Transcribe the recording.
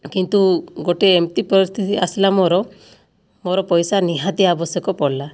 କିନ୍ତୁ ଗୋଟିଏ ଏମିତି ପରିସ୍ଥିତି ଆସିଲା ମୋର ମୋର ପଇସା ନିହାତି ଆବଶ୍ୟକ ପଡ଼ିଲା